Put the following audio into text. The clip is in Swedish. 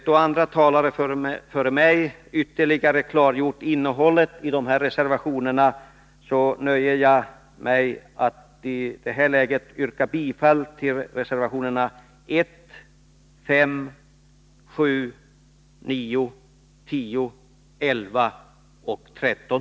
Då andra talare före mig har ytterligare klargjort innehållet i dessa reservationer, nöjer jag mig med att yrka bifall till reservationerna 1, 5, 7, 9, 10, 11 och 13.